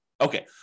Okay